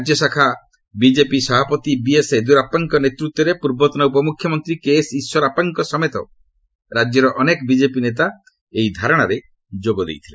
ରାଜ୍ୟଶାଖା ଓ ବିଜେପି ସଭାପତି ବିଏସ୍ ୟେଦିୟୁରାପ୍ପାଙ୍କ ନେତୃତ୍ୱରେ ପୂର୍ବତନ ଉପମଖ୍ୟମନ୍ତ୍ରୀ କେଏସ୍ ଇଶ୍ୱରପ୍ପାଙ୍କ ସମେତ ରାଜ୍ୟର ଅନେକ ବିଜେପି ନେତା ଏହି ଧାରଣାରେ ଯୋଗ ଦେଇଥିଲେ